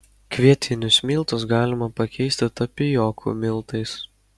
kvietinius miltus galima pakeisti tapijokų miltais